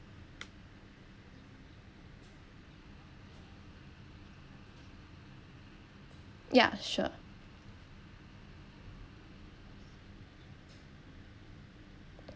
ya sure